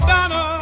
Donna